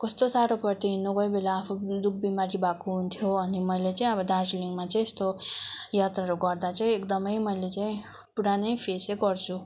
कस्तो साह्रो पर्थ्यो हिँड्नु कोही बेला आफू दुख बिमारी भएको हुन्थ्यो अनि मैले चाहिँ अब दार्जिलिङमा चाहिँ यस्तो यात्राहरू गर्दा चाहिँ एकदमै मैले चाहिँ पुरा नै फेसै गर्छु